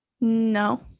No